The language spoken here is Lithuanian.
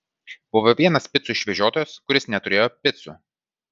buvo vienas picų išvežiotojas kuris neturėjo picų